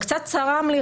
קצת צרם לי,